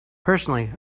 personally